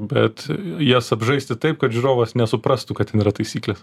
bet jas apžaisti taip kad žiūrovas nesuprastų kad ten yra taisyklės